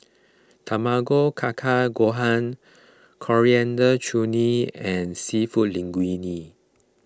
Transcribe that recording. Tamago Kake Gohan Coriander Chutney and Seafood Linguine